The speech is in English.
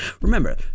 Remember